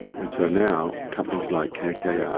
and so now companies like kkr, yeah